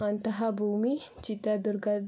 ಅಂತಹ ಭೂಮಿ ಚಿತ್ರದುರ್ಗ